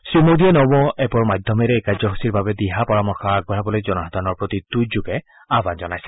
শ্ৰীমোদীয়ে নমো এপৰ মাধ্যমেৰে এই কাৰ্যসূচীৰ বাবে দিহা পৰামৰ্শ আগবঢ়াবলৈ জনসাধাৰণ প্ৰতি টুইটযোগে আহ্বান জনাইছে